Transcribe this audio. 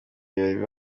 birori